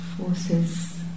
forces